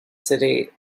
city